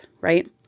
right